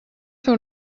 fer